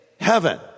heaven